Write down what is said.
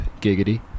giggity